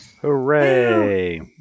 Hooray